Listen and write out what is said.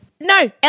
No